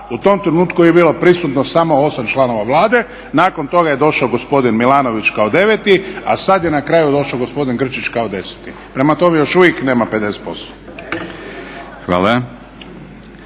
tom trenutku je bilo prisutno samo 8 članova Vlade, nakon toga je došao gospodin Milanović kao 9., a sada je na kraju došao gospodin Grčić kao 10. Prema tome još uvijek nema 50%